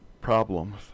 problems